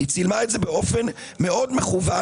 היא צילמה את זה באופן מכוון מאוד,